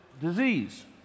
disease